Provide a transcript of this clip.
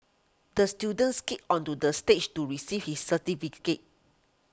the student skated onto the stage to receive his certificate